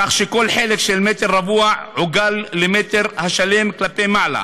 כך שכל חלק של מטר רבוע עוגל למטר השלם כלפי מעלה,